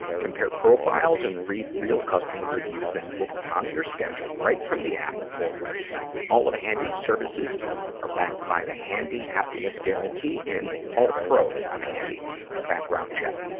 compare profiles and read real customer reviews, then book on your schedule right from the app or web site. all of handy's services are backed by the handy happiness guarantee, and and all pros on handy are background checked.